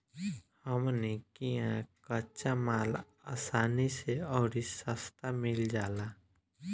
हमनी किहा कच्चा माल असानी से अउरी सस्ता मिल जाला